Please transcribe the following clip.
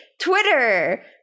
Twitter